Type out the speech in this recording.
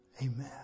Amen